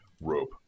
rope